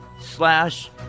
slash